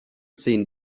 zehn